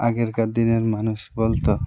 আগেকার দিনের মানুষ বলত